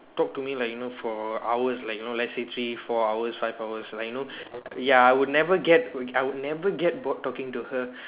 talk to me like you know for hours like you know let's say three four hours five hours like you know ya I would never get I would never get bored talking to her